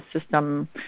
system